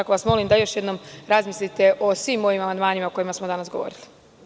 Molim vas da još jednom razmislite o svim ovim amandmanima o kojima smo danas govorili.